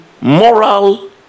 moral